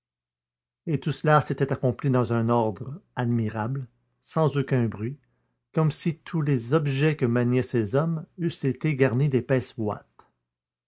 et tout cela s'était accompli dans un ordre admirable sans aucun bruit comme si tous les objets que maniaient ces hommes eussent été garnis d'épaisse ouate